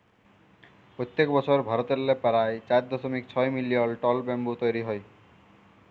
পইত্তেক বসর ভারতেল্লে পারায় চার দশমিক ছয় মিলিয়ল টল ব্যাম্বু তৈরি হ্যয়